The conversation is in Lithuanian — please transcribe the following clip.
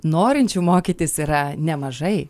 norinčių mokytis yra nemažai